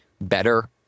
better